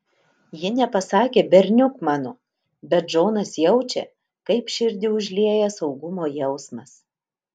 ji nepasakė berniuk mano bet džonas jaučia kaip širdį užlieja saugumo jausmas